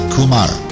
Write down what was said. Kumar